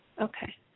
Okay